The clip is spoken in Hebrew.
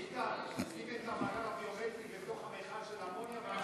קבוצת סיעת המחנה הציוני וקבוצת